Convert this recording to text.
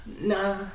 Nah